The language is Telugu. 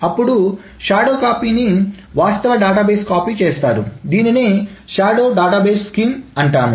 అప్పుడు షాడో కాపీని వాస్తవ డేటాబేస్ కాపీ చేస్తారు దీనినే షాడో డేటాబేస్ స్కీమ్ అంటాం